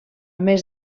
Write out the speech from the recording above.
més